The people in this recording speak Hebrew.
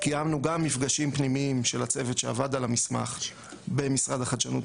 קיימנו גם מפגשים פנימיים של הצוות שעבד על המסמך במשרד החדשנות,